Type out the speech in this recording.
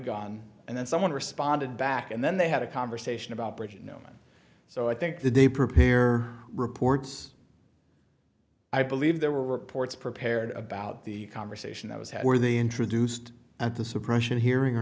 gun and then someone responded back and then they had a conversation about bridging so i think that they prepare reports i believe there were reports prepared about the conversation that was had where they introduced at the suppression hearing or